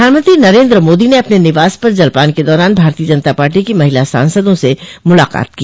प्रधानमंत्री नरेन्द्र मोदी ने अपने निवास पर जलपान के दौरान भारतीय जनता पार्टी की महिला सांसदों से मुलाकात की